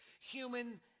human